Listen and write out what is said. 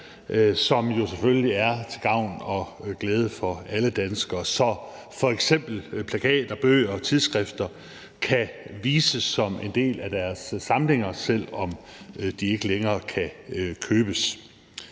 som selvfølgelig er til gavn og glæde for alle danskere, så f.eks. plakater, bøger og tidsskrifter kan vises som en del af deres samlinger, selv om de ikke længere kan købes.